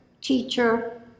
teacher